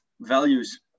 values